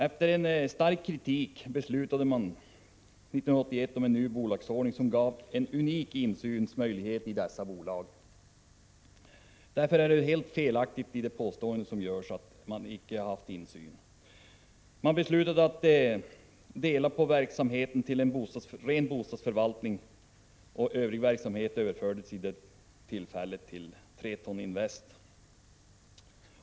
Efter stark kritik beslutades 1981 om en ny bolagsordning som gav en unik insynsmöjlighet i bolagen. Därför är det helt felaktigt att påstå att man icke haft insyn. Man beslutade att dela verksamheten och inrättade en ren bostadsförvaltning, medan övrig verksamhet överfördes till Tetron Invest.